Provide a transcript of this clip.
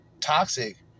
toxic